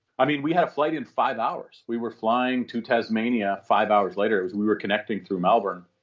i mean, we had flight in five hours. we were flying to tasmania, five hours later as we were connecting through melbourne,